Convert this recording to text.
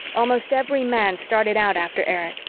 almost every man started out after erich.